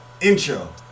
intro